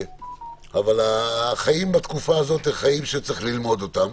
אבל החיים בתקופה הזאת הם חיים שצריך ללמוד אותם.